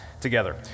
together